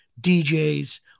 DJs